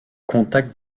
contact